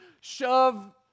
shove